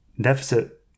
deficit